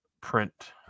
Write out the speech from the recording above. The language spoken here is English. print